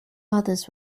others